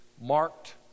marked